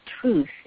truth